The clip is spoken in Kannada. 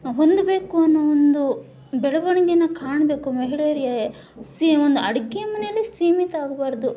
ಹೊಂದಬೇಕು ಅನ್ನೋ ಒಂದು ಬೆಳವಣಿಗೆಯನ್ನು ಕಾಣಬೇಕು ಮಹಿಳೆಯರೇ ಸಿ ಒಂದು ಅಡುಗೆ ಮನೆಯಲ್ಲಿ ಸೀಮಿತವಾಗಬಾರದು